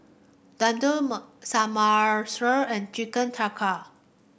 Samosa and Chicken Tikka